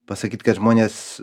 pasakyt kad žmonės